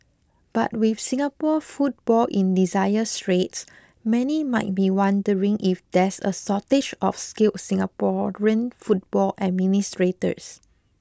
but with Singapore football in desire straits many might be wondering if there's a shortage of skilled Singaporean football administrators